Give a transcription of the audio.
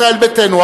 ישראל ביתנו,